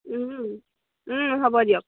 হ'ব দিয়ক